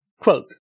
Quote